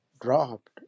dropped